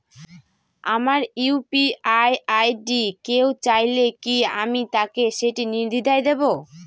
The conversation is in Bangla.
আমার ইউ.পি.আই আই.ডি কেউ চাইলে কি আমি তাকে সেটি নির্দ্বিধায় দেব?